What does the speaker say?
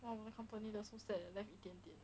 oh 我的 company 的 so sad leh left 一点点